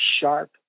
sharp